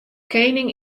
kening